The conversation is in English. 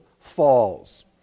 falls